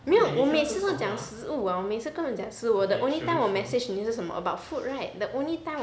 没有我每次都讲食物 [what] 我每次跟人讲食物我 the only time 我 message 你是什么 about food right